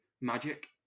magic